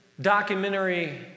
documentary